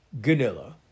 Ganilla